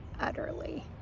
utterly